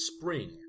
Spring